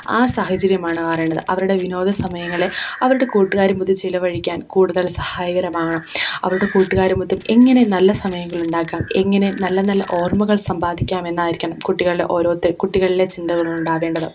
ആ സാഹചര്യമാണ് മാറേണ്ടത് അവരുടെ വിനോദ സമയങ്ങളിലെ അവരുടെ കൂട്ടുകാരുമൊത്ത് ചിലവഴിക്കാൻ കൂടുതൽ സഹായകരമാകണം അവരുടെ കൂട്ടുകാരുമൊത്തും എങ്ങനേം നല്ല സമയങ്ങളുണ്ടാക്കാം എങ്ങനെ നല്ല നല്ല ഓർമ്മകൾ സമ്പാദിക്കാമെന്നായിരിക്കണം കുട്ടികളുടെ ഓരോരുത്തരും കുട്ടികളിലെ ചിന്തകൾ ഉണ്ടാവേണ്ടത്